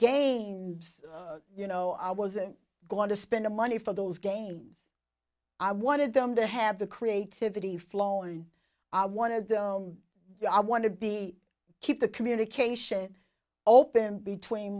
gains you know i wasn't going to spend money for those games i wanted them to have the creativity flowing i wanted them i want to be keep the communication open between